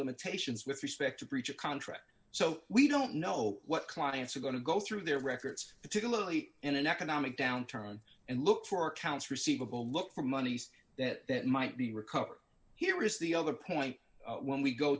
limitations with respect to breach of contract so we don't know what clients are going to go through their records particularly in an economic downturn and look for accounts receivable look for monies that might be recovered here is the other point when we go